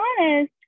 honest